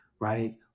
right